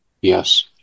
Yes